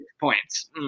points